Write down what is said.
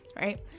Right